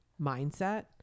mindset